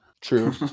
True